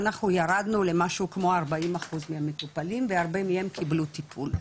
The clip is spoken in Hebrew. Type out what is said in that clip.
אנחנו ירדנו למשהו כמו 40 אחוז מהמטופלים והרבה מהם קיבלו טיפול.